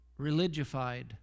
Religified